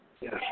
Yes